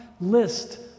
list